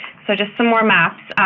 so, just some more maps.